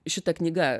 šita knyga